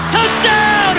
Touchdown